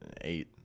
eight